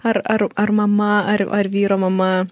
ar ar ar mama ar ar vyro mama